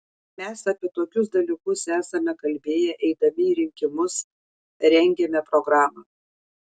mes apie tokius dalykus esame kalbėję eidami į rinkimus rengėme programą